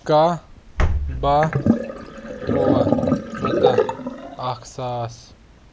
کاہہ باہہ تُرواہ ژۄدَہ اَکھ ساس